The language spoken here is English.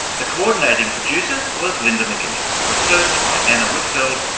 the coordinating producer was linda mcginness, research by anna whitfeld,